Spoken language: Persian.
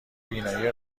بینایی